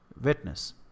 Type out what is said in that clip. Witness